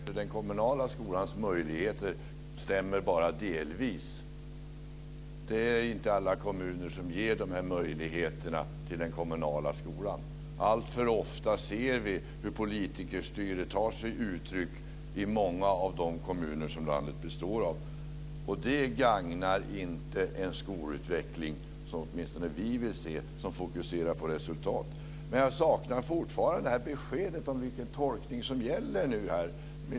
Herr talman! Beskrivningen av den kommunala skolans möjligheter stämmer bara delvis. Det är inte alla kommuner som ger de möjligheterna till den kommunala skolan. Alltför ofta ser vi hur politikerstyret tar sig uttryck i många av de kommuner som landet består av. Det gagnar inte en skolutveckling som åtminstone vi vill se, som fokuserar på resultat. Jag saknar fortfarande besked om vilken tolkning som gäller.